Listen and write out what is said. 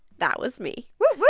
that was me woo. woo